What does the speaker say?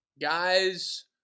Guys